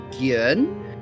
again